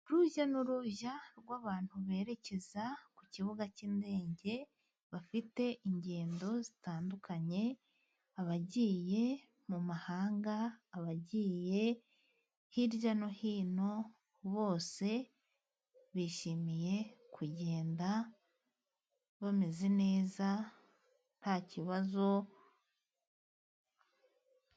Urujyanuruza rw' abantu berekeza ku kibuga cy' indege, bafite ingendo zitandukanye, abagiye mu mahanga, abagiye hirya no hino. Bose bishimiye kugenda bameze neza nta kibazo.